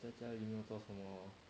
在家没有做什么